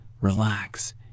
relax